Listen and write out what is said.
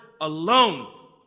alone